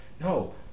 No